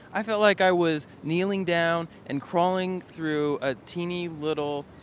i felt like i was kneeling down and crawling through a teeny little,